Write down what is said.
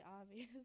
obvious